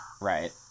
Right